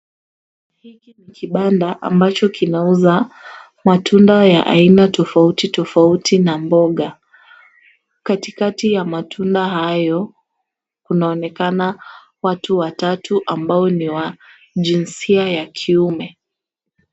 Hiki ni kibanda ambacho kinauza matunda ya ina tofauti tofauti na mboga. Katikati ya matunda hayo kunaonekana watu watatu ambao ni wa jinsia ya kiume.